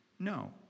No